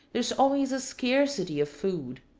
there is always a scarcity of food.